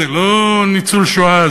זה לא ניצוּל שואה,